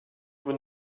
vous